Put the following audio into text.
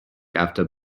after